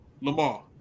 Lamar